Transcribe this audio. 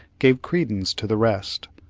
gave credence to the rest.